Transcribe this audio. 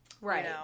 right